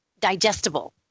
digestible